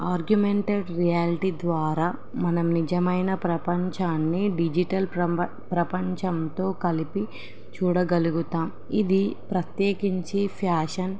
augmented reality ద్వారా మనం నిజమైన ప్రపంచాన్ని డిజిటల్ ప్రప ప్రపంచంతో కలిపి చూడగలుగుతాము ఇది ప్రత్యేకించి ఫ్యాషన్